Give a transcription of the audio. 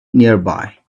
nearby